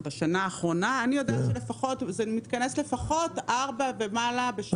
אני יודעת שזה מתכנס לפחות ארבע פעמים ומעלה בשנה.